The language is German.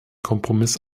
kompromiss